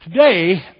Today